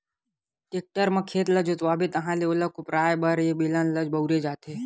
tractor म खेत ल जोतवाबे ताहाँले ओला कोपराये बर ए बेलन ल बउरे जाथे